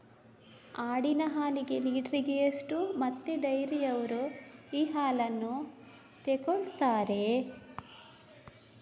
ಆಡಿನ ಹಾಲಿಗೆ ಲೀಟ್ರಿಗೆ ಎಷ್ಟು ಮತ್ತೆ ಡೈರಿಯವ್ರರು ಈ ಹಾಲನ್ನ ತೆಕೊಳ್ತಾರೆ?